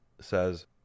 says